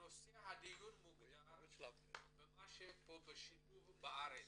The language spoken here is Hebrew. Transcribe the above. נושא הדיון מוגדר במה שפה בשילוב בארץ,